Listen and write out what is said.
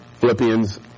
Philippians